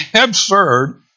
absurd